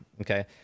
Okay